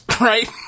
right